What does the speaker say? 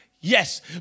Yes